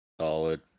Solid